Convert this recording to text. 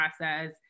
process